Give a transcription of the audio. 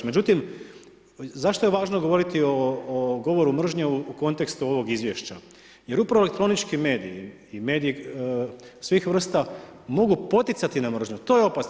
Međutim, zašto je važno govoriti o govoru mržnje u kontekstu ovog izvješća jer upravo elektronički mediji i mediji svih vrsta mogu poticati na mržnju, to je opasno.